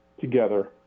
together